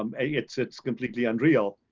um a, it's it's completely unreal.